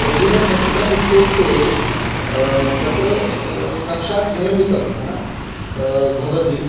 readymade वस्त्रम् इत्युक्ते तत्र साक्षात् निर्मितम् ह न भवति